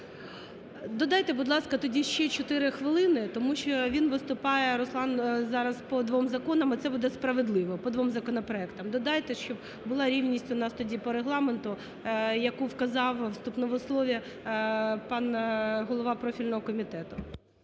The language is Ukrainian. Додайте, будь ласка, тоді ще чотири хвилини, тому що він виступає, Руслан, зараз по двом законам, і це буде справедливо, по двом законопроектам. Додайте, щоб була рівність у нас тоді по Регламенту, яку вказав у вступному слові пан голова профільного комітету.